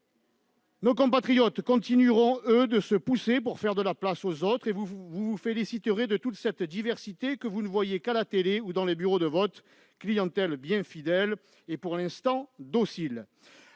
Nos compatriotes continueront, eux, de se pousser pour faire de la place aux autres, et vous vous féliciterez de toute cette diversité que vous ne voyez qu'à la télé ou dans les bureaux de vote, clientèle bien fidèle et pour l'instant docile.